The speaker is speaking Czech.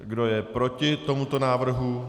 Kdo je proti tomuto návrhu?